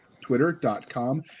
twitter.com